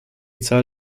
zahl